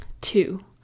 Two